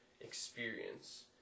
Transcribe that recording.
experience